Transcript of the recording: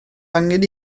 angen